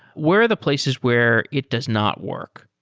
where are the places where it does not work?